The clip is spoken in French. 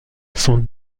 son